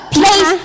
place